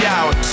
out